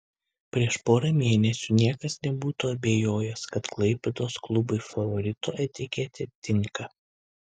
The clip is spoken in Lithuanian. prieš porą mėnesių niekas nebūtų abejojęs kad klaipėdos klubui favorito etiketė tinka